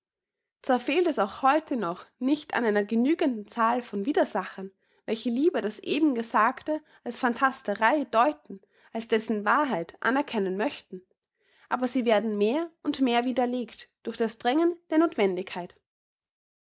zwar fehlt es auch heute noch nicht an einer genügenden zahl von widersachern welche lieber das eben gesagte als phantasterei deuten als dessen wahrheit anerkennen möchten aber sie werden mehr und mehr widerlegt durch das drängen der nothwendigkeit